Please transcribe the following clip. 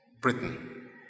Britain